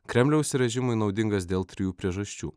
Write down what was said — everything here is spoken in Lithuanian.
kremliaus režimui naudingas dėl trijų priežasčių